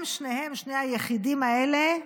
הם שניהם, שני היחידים האלה,